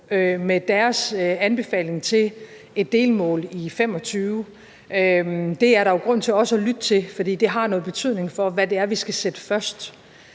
med deres anbefaling til et delmål i 2025. Det er der jo grund til også at lytte til, for det har noget betydning for, hvad det er, vi skal sætte først.